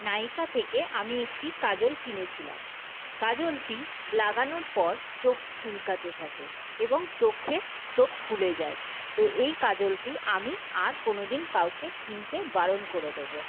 নায়িকা থেকে আমি একটি কাজল কিনেছিলাম কাজলটি লাগানোর পর চোখ চুলকাতে থাকে এবং চোখে চোখ ফুলে যায় তো এই কাজলটি আমি আর কোনো দিন কাউকে কিনতে বারণ করে দেবো